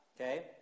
okay